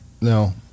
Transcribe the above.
No